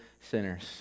sinners